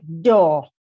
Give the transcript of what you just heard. door